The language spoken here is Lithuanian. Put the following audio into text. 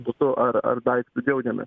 butu ar ar daiktu džiaugiamės